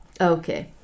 Okay